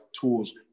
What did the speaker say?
tools